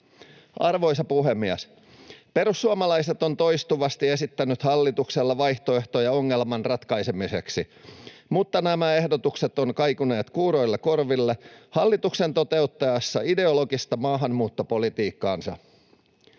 Arvoisa puhemies! Perussuomalaiset on toistuvasti esittänyt hallitukselle vaihtoehtoja ongelman ratkaisemiseksi, mutta nämä ehdotukset ovat kaikuneet kuuroille korville hallituksen toteuttaessa ideologista maahanmuuttopolitiikkaansa.